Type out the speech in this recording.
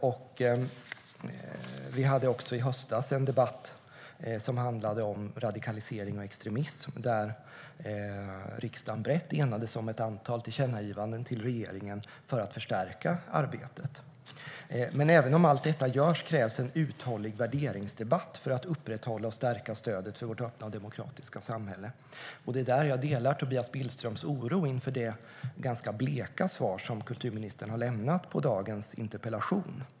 I höstas hade vi en debatt som handlade om radikalisering och extremism där riksdagen brett enades om ett antal tillkännagivanden till regeringen för att förstärka arbetet mot detta. Även om allt detta görs krävs en uthållig värderingsdebatt för att upprätthålla och stärka stödet för vårt öppna demokratiska samhälle. Här delar jag Tobias Billströms oro inför det ganska bleka svar som kulturministern har lämnat på dagens interpellation.